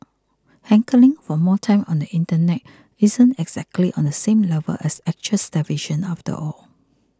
hankering for more time on the internet isn't exactly on the same level as actual starvation after all